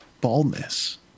baldness